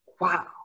wow